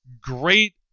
Great